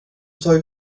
tagit